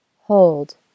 Hold